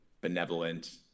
benevolent